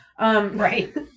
Right